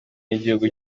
n’igihugu